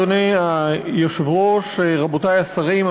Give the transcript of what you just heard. רבותי השרים,